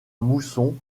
mousson